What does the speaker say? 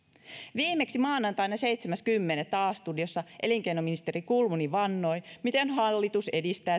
viimeksi maanantaina seitsemäs kymmenettä a studiossa elinkeinoministeri kulmuni vannoi miten hallitus edistää